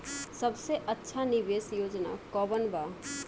सबसे अच्छा निवेस योजना कोवन बा?